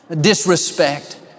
disrespect